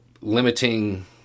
limiting